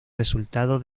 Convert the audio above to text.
resultado